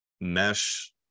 mesh